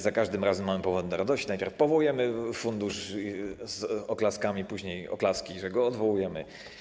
Za każdym razem mamy powody do radości, najpierw powołujemy fundusz z oklaskami, później oklaski, że go odwołujemy.